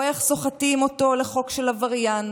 רואה איך סוחטים אותו לחוק של עבריין,